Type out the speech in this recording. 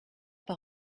par